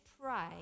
pray